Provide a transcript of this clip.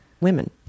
Women